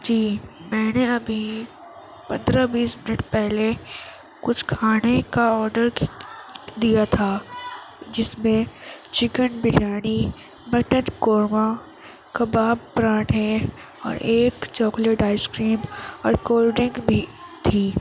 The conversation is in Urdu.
جی میں نے ابھی پندرہ بیس منٹ پہلے کچھ کھانے کا آڈر دیا تھا جس میں چکن بریانی مٹن قورمہ کباب پراٹھے اور ایک چاکلیٹ آئیس کریم اور کولڈ ڈرنگ بھی تھی